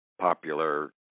popular